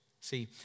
See